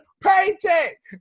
paycheck